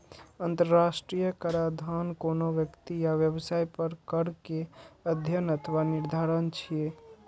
अंतरराष्ट्रीय कराधान कोनो व्यक्ति या व्यवसाय पर कर केर अध्ययन अथवा निर्धारण छियै